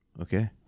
Okay